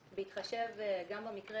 בהתחשב גם ברמה